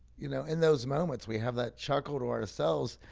you know, in those moments we have that chuckle to ourselves.